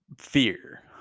fear